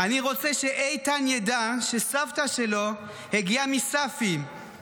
אני רוצה שאיתן ידע שסבתא שלו הגיעה מסאפי,